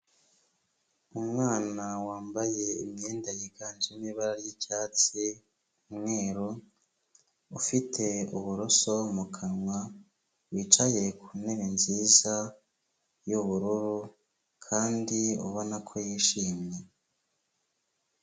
Umwana wambaye imyenda yiganjemo ibara ry'icyatsi, umweru, ufite uburoso mu kanwa, wicaye ku ntebe nziza y'ubururu kandi ubona ko yishimye.